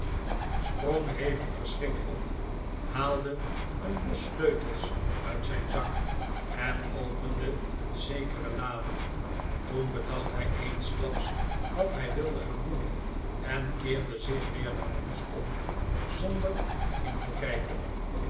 hevig verschrikt op haalde een bos sleutels uit zijn zak en opende een zekere lade toen bedacht hij eensklaps wat hij wilde gaan doen en keerde zich weer naar ons om zonder er in te kijken